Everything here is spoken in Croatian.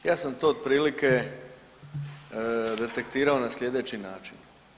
Ja sam to otprilike detektirao na slijedeći način.